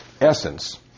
essence